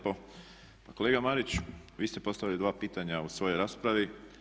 Pa kolega Marić, vi ste postavili dva pitanja u svojoj raspravi.